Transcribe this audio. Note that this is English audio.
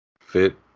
fit